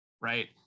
right